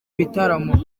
bitaramo